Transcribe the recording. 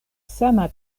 sama